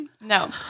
No